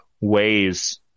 ways